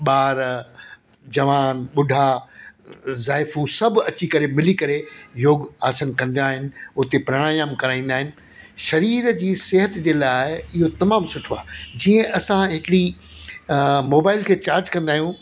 ॿार जवान बुढा ज़ाइफू सभु अची करे मिली करे योग आसनु कंदा आहिनि उते प्रणायाम कराईंदा आहिनि शरीर जी सिहतु जे लाइ इहो तमामु सुठो आहे जीअं असां हिकिड़ी मोबाइल खे चार्ज कंदा आहियूं